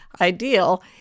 ideal